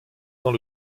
dans